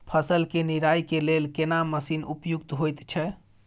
फसल के निराई के लेल केना मसीन उपयुक्त होयत छै?